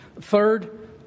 Third